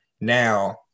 Now